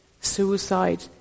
suicide